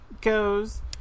goes